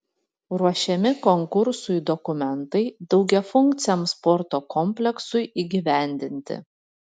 ruošiami konkursui dokumentai daugiafunkciam sporto kompleksui įgyvendinti